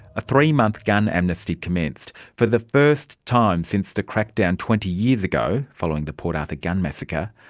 a three-month gun amnesty commenced. for the first time since the crackdown twenty years ago following the port arthur gun massacre,